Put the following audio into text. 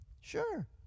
Sure